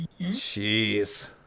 Jeez